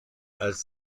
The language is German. als